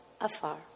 afar